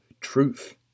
truth